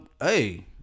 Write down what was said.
hey